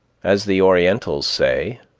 as the orientals say,